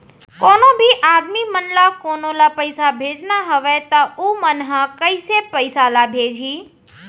कोन्हों भी आदमी मन ला कोनो ला पइसा भेजना हवय त उ मन ह कइसे पइसा ला भेजही?